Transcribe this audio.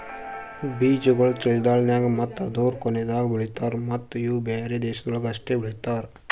ಬೀಜಾಗೋಳ್ ಚಳಿಗಾಲ್ದಾಗ್ ಮತ್ತ ಅದೂರು ಕೊನಿದಾಗ್ ಬೆಳಿತಾರ್ ಮತ್ತ ಇವು ಬ್ಯಾರೆ ದೇಶಗೊಳ್ದಾಗ್ ಅಷ್ಟೆ ಬೆಳಿತಾರ್